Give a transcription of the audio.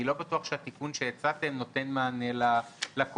אני לא בטוח שהתיקון שהצעתם נותן מענה לקושי.